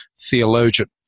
theologian